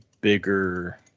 bigger